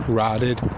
rotted